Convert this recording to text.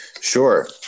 Sure